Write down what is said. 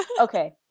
Okay